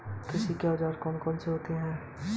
कृषि के औजार कौन कौन से होते हैं?